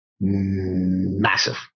massive